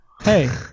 Hey